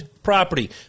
property